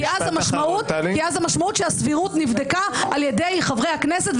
-- כי אז המשמעות שהסבירות נבדקה על ידי חברי הכנסת,